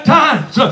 times